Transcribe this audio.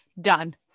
done